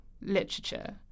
literature